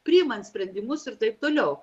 priimant sprendimus ir taip toliau